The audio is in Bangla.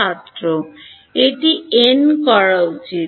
এটি n করা উচিত